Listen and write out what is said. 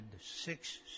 six